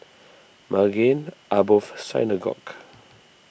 Maghain Aboth Synagogue